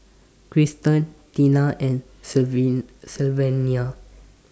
Cristen Teena and Sylvania